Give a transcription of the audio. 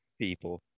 people